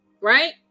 right